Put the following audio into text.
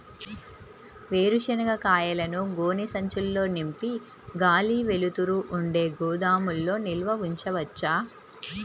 వేరుశనగ కాయలను గోనె సంచుల్లో నింపి గాలి, వెలుతురు ఉండే గోదాముల్లో నిల్వ ఉంచవచ్చా?